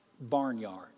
barnyard